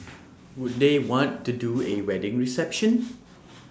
would they want to do A wedding reception